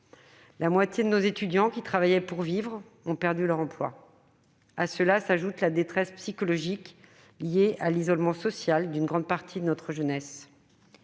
La moitié des étudiants qui travaillaient pour vivre ont perdu leur emploi. À cela s'ajoute la détresse psychologique liée à l'isolement social d'une grande partie de notre jeunesse.